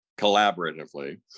collaboratively